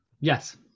yes